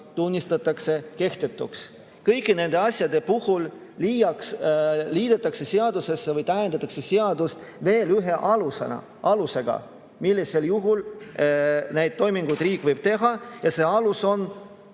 tunnistatakse kehtetuks. Kõigi nende asjade puhul täiendatakse seadust veel ühe alusega, millisel juhul need toimingud riik võib teha, ja see alus on